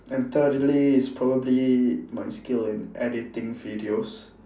and thirdly is probably my skill in editing videos